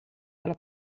della